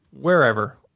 wherever